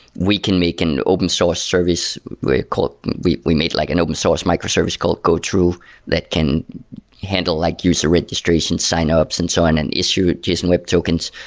we can make an open source service called we we made like an open source microservice called go true that can handle like user registration sign ah ups and so on and issue json web tokens.